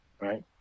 right